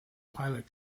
pilot